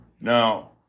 Now